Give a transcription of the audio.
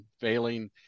failing